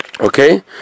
Okay